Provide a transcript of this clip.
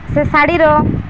ସେ ଶାଢ଼ୀର